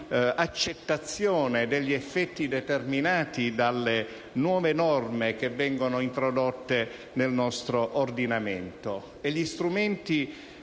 accettazione degli effetti determinati dalle nuove norme introdotte nel nostro ordinamento. Gli strumenti